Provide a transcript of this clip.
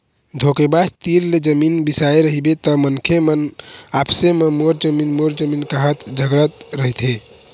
धोखेबाज तीर ले जमीन बिसाए रहिबे त मनखे मन आपसे म मोर जमीन मोर जमीन काहत झगड़त रहिथे